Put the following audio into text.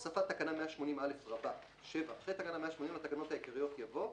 7. הוספת תקנה 180א. אחרי תקנה 180 לתקנות העיקריות יבוא: